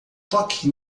toque